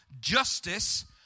justice